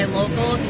local